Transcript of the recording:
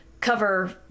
cover